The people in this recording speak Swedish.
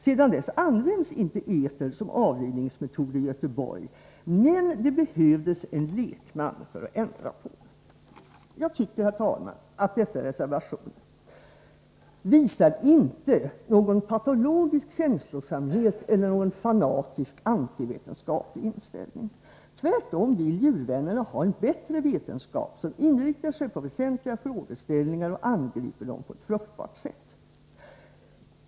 Sedan dess används inte eter som avlivningsmetod i Göteborg, men det behövdes en lekman för att ändra på det!” Jag tycker, herr talman, att dessa reservationer inte visar någon patologisk känslosamhet eller någon fanatisk antivetenskaplig inställning. Tvärtom vill djurvännerna ha en bättre vetenskap, som inriktar sig på väsentliga frågeställningar och angriper dem på ett fruktbart sätt.